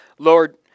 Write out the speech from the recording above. Lord